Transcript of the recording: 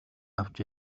авч